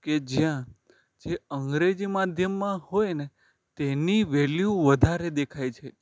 કે જ્યાં જે અંગ્રેજી માધ્યમમાં હોય ને તેની વેલ્યુ વધારે દેખાય છે